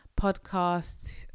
podcast